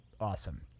awesome